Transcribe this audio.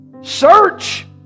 Search